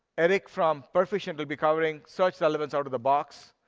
eric from perficient will be covering search elements out of the box.